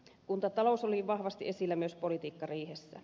kuntatalous oli vahvasti esillä myös politiikkariihessä